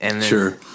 Sure